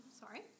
Sorry